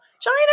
China